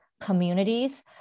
communities